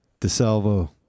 DeSalvo